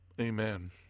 Amen